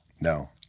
No